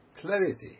clarity